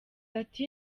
ati